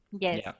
Yes